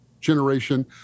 generation